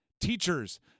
teachers